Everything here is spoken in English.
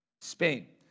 Spain